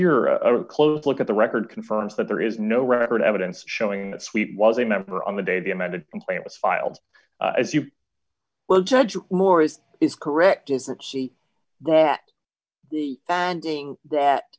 you're a close look at the record confirms that there is no record evidence showing that suite was a member on the day the amended complaint was filed as you well judge morris is correct isn't she that banding that